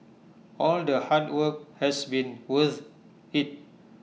all the hard work has been worth IT